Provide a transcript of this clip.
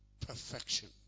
Perfection